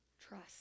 Trust